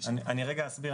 אני אסביר,